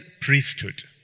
priesthood